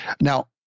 Now